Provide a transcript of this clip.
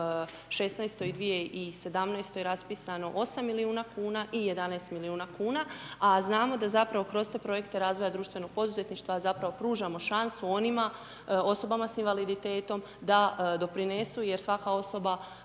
i 2017.-toj raspisano 8 milijuna kuna i 11 milijuna kuna, a znamo, da zapravo kroz te projekte razvoja društvenog poduzetništva zapravo, pružamo šansu onima, osobama s invaliditetom da doprinesu, jer svaka osoba